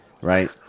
right